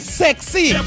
sexy